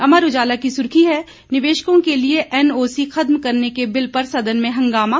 अमर उजाला की सुर्खी है निवेशकों के लिए एनओसी खत्म करने के बिल पर सदन में हंगामा